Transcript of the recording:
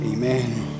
Amen